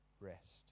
rest